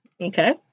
Okay